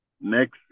next